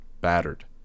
battered